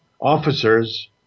officers